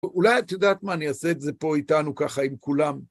אולי את יודעת מה, אני אעשה את זה פה איתנו ככה, עם כולם.